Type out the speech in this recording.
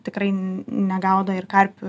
tikrai negaudo ir karpių